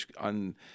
on